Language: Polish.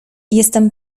jestem